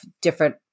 different